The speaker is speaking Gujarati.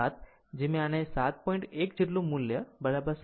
07 મેં આને 7